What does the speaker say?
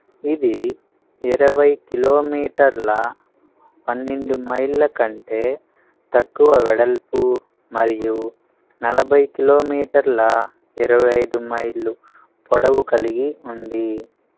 ఇది ఇరవై కిలోమీటర్ల పన్నెండు మైళ్ళకంటే తక్కువ వెడల్పు మరియు నలభై కిలోమీటర్ల ఇరవై ఐదు మైళ్ళు పొడవు కలిగి ఉంది